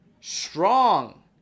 strong